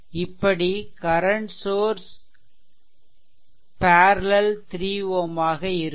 இப்படி current source parallel 3 Ω ஆக இருக்கும்